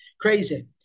Crazy